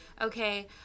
okay